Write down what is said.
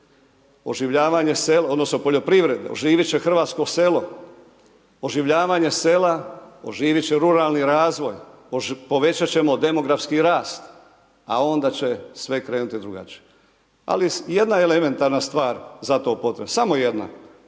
oživljavanje sela, odnosno, poljoprivrede, oživjet će hrvatsko selo, oživljavanje sela oživjet će ruralni razvoj, povećat ćemo demografski rast, a onda će sve krenuti drugačije. Ali je jedna elementarna stvar za to potrebna, samo jedna,